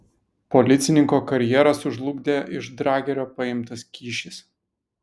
policininko karjerą sužlugdė iš dragerio paimtas kyšis